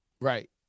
Right